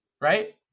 right